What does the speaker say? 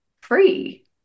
free